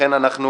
לכן אנחנו